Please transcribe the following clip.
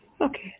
Okay